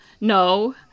no